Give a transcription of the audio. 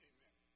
Amen